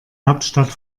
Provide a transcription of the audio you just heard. hauptstadt